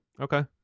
okay